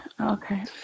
Okay